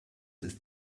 ist